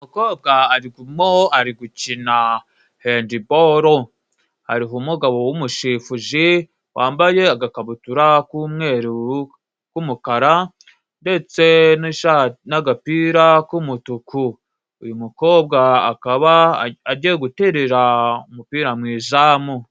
Umukobwa arimo aribgukina handbol hariho umugabo w'umushefuzi wambaye agakabutura k'umweru k'umukara ndetse n'agapira k'umutuku uyu mukobwa agiye guterera umupira mu izamu.